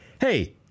Hey